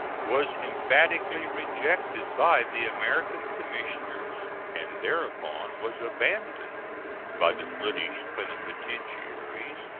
was emphatically rejected by the american commissioners, and thereupon was abandoned by the british plenipotentiaries,